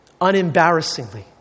Unembarrassingly